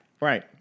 right